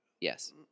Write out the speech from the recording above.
Yes